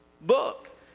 book